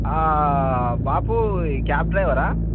Bapu cab డ్రైవరా